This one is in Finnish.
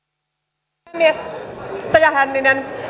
arvoisa puhemies